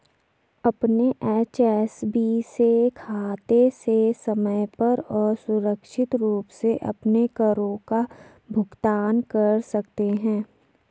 अपने एच.एस.बी.सी खाते से समय पर और सुरक्षित रूप से अपने करों का भुगतान कर सकते हैं